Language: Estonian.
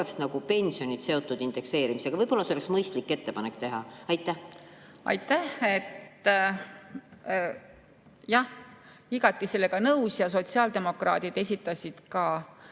nagu pensionid seotud indekseerimisega. Võib-olla oleks mõistlik selline ettepanek teha? Aitäh! Jah, igati sellega nõus. Ja sotsiaaldemokraadid esitasid ka